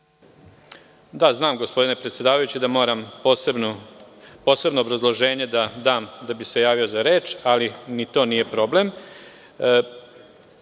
Da, znam gospodine predsedavajući da moram posebno obrazloženje da dam da bih se javio za reč, ali ni to nije